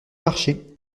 marché